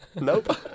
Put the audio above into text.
Nope